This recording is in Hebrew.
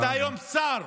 אתה היום שר,